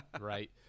right